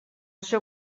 seu